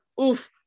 Oof